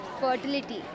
fertility